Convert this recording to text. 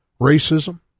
racism